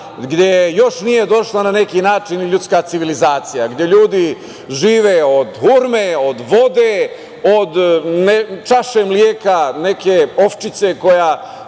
gde još nije došla, na neki način, ljudska civilizacija, gde ljudi žive od urme, od vode, od čaše mleka, neke ovčice za